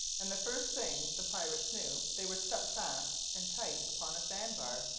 and the first thing the pirates knew they were stuck fast and tight upon a sand bar.